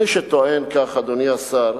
מי שטוען כך, אדוני השר,